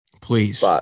Please